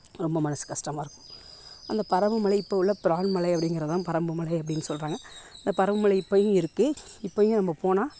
ரொம்ப மனது கஷ்டமாக இருக்கும் அந்த பறம்பு மலை இப்போ உள்ள பிரான் மலை அப்படிங்கிறது தான் பறம்பு மலை அப்படினு சொல்றாங்க அந்த பறம்பு மலை இப்பவும் இருக்கு இப்பவும் நம்ம போனால்